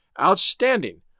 Outstanding